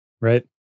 Right